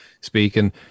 speaking